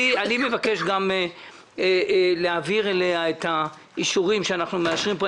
אבקש גם להעביר אליה את האישורים שאנחנו מאשרים פה.